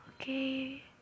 Okay